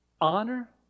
honor